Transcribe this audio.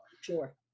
Sure